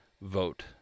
vote